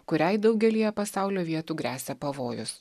kuriai daugelyje pasaulio vietų gresia pavojus